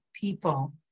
people